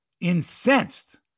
incensed